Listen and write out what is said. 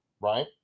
right